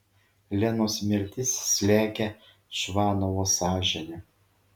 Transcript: lenos mirtis slegia čvanovo sąžinę